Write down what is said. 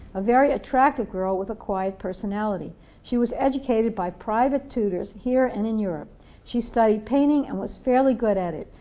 a very attractive girl with a quiet personality she was educated by private tutors here and in europe she studied painting and was fairly good at it,